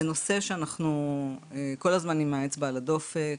זה נושא שאנחנו כל הזמן עם האצבע על הדופק.